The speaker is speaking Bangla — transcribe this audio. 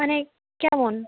মানে কেমন